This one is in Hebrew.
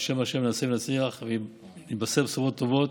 בשם ה' נעשה ונצליח ונתבשר בשורות טובות.